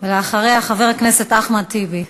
ואחריה, חבר הכנסת אחמד טיבי.